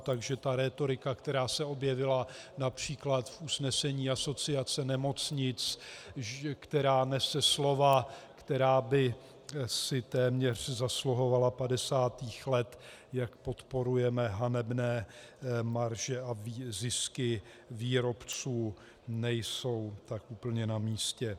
Takže ta rétorika, která se objevila například v usnesení asociace nemocnic, která nese slova, která by si téměř zasluhovala padesátých let, jak podporujeme hanebné marže a zisky výrobců, není tak úplně namístě.